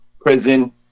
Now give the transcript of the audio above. prison